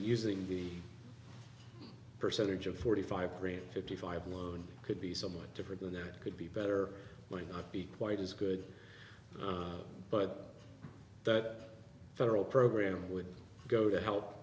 using the percentage of forty five green fifty five alone could be somewhat different than that could be better might not be quite as good but that federal program would go to help